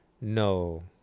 No